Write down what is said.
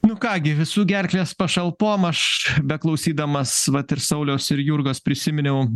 nu ką gi visų gerklės pašalpom aš beklausydamas vat ir sauliaus ir jurgos prisiminiau